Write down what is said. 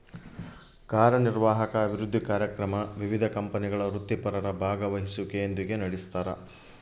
ಕಾರ್ಯನಿರ್ವಾಹಕ ಅಭಿವೃದ್ಧಿ ಕಾರ್ಯಕ್ರಮ ವಿವಿಧ ಕಂಪನಿಗಳ ವೃತ್ತಿಪರರ ಭಾಗವಹಿಸುವಿಕೆಯೊಂದಿಗೆ ನಡೆಸ್ತಾರ